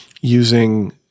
using